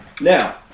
Now